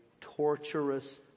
torturous